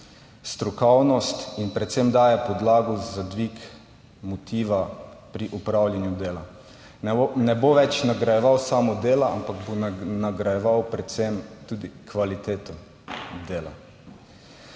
strokovnost in predvsem daje podlago za dvig motiva pri opravljanju dela. Ne bo več nagrajeval samo dela, ampak bo nagrajeval predvsem tudi kvaliteto dela.